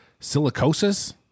silicosis